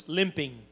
limping